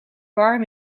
warm